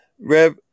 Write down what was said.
Rev